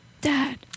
Dad